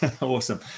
awesome